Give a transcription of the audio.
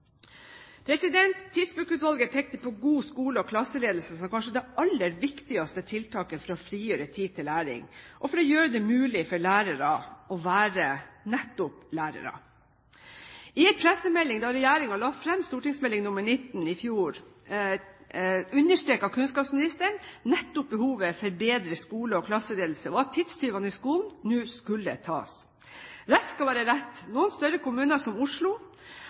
pekte på god skole- og klasseledelse som kanskje det aller viktigste tiltaket for å frigjøre tid til læring og for å gjøre det mulig for lærere å være nettopp lærere. I en pressemelding da regjeringen la frem Meld. St. 19 for 2010–2011, understreket kunnskapsministeren nettopp behovet for bedre skole- og klasseledelse, og at tidstyvene i skolen nå skulle tas. Rett skal være rett – noen større kommuner, som Oslo,